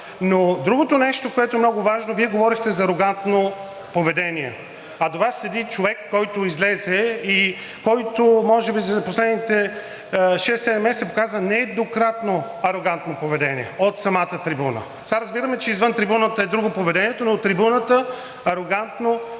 Но другото нещо, което е много важно, Вие говорихте за арогантно поведение, а до Вас седи човек, който излезе и който може би за последните шест-седем месеца показа нееднократно арогантно поведение от самата трибуна. Сега, разбираме, че извън трибуната е друго поведението, но от трибуната – арогантно